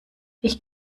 ich